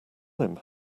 him